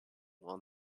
while